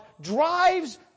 drives